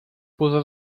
pudo